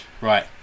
Right